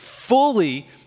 Fully